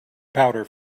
powder